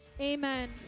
Amen